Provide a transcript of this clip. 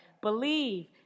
believe